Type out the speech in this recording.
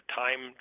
time